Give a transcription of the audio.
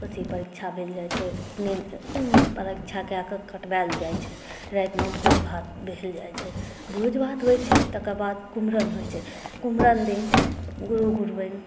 अथी परीक्षा देल जाइत छै परीक्षा कए कऽ कटवायल जाइत छै रातिमे भोज भात भेल जाइत छै भोज भात होइत छै तकर बाद कुम्हरम होइत छै कुम्हरम दिन गुरु गुरुआइन